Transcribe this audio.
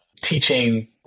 Teaching